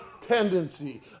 tendency